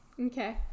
Okay